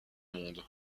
monde